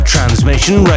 Transmission